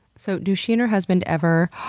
so do she and her husband ever,